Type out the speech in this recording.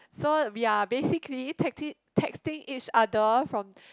so we are basically texting texting each other from